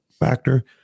factor